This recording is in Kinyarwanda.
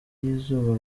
y’izuba